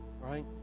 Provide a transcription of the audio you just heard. right